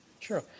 true